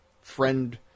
friend